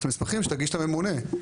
אז את המסמכים שתגיש לממונה.